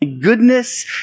goodness